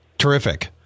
Terrific